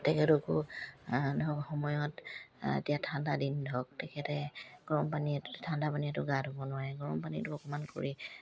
তেখেতকো ধৰক সময়ত এতিয়া ঠাণ্ডা দিন ধৰক তেখেতে গৰম পানীটো ঠাণ্ডা পানীটো গা ধুব নোৱাৰে গৰম পানীটো অকমান কৰি